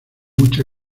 mucha